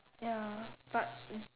ya but